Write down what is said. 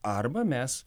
arba mes